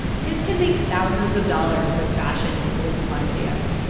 kids can make thousands of dollars with fashion and school supply videos.